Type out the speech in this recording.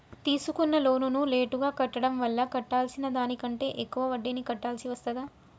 తీసుకున్న లోనును లేటుగా కట్టడం వల్ల కట్టాల్సిన దానికంటే ఎక్కువ వడ్డీని కట్టాల్సి వస్తదా?